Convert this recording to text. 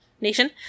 Nation